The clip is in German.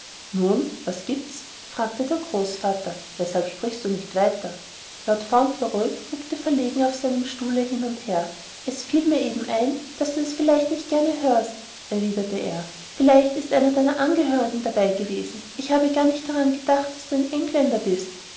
nun was gibt's fragte der großvater weshalb sprichst du nicht weiter lord fauntleroy rückte verlegen auf seinem stuhle hin und her es fiel mir eben ein daß du das vielleicht nicht gerne hörst erwiderte er vielleicht ist einer von deinen angehörigen dabei gewesen ich habe gar nicht daran gedacht daß du ein engländer bist